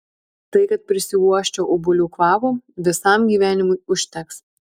tai kad prisiuosčiau obuolių kvapo visam gyvenimui užteks